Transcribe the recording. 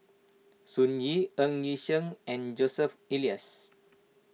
Sun Yee Ng Yi Sheng and Joseph Elias